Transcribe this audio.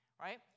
right